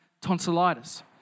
tonsillitis